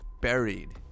buried